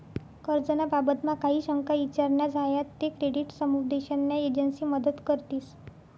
कर्ज ना बाबतमा काही शंका ईचार न्या झायात ते क्रेडिट समुपदेशन न्या एजंसी मदत करतीस